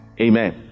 Amen